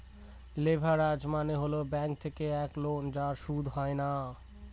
leverage মানে হল bank থেকে এক লোন যার সুদ হয় না